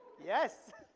yes,